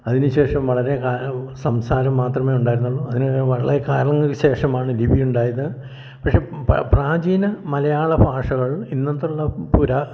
അതിനു ശേഷം വളരെ കാലം സംസാരം മാത്രമേ ഉണ്ടായിരുന്നുള്ളു അതിന് വളരെ കാലങ്ങൾക്ക് ശേഷമാണ് ലിപി ഉണ്ടായത് പക്ഷേ പ്രാചീന മലയാളഭാഷകൾ ഇന്നത്തുള്ള പുരാ